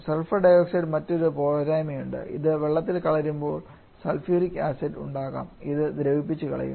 sulphur ഡയോക്സൈഡിന് മറ്റൊരു വലിയ പോരായ്മയുണ്ട് അത് വെള്ളത്തിൽ കലരുമ്പോൾ സൾഫ്യൂറിക് ആസിഡ് ഉണ്ടാകാം ഇത് ദ്രവിപ്പിച്ച് കളയും